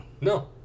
No